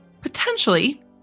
potentially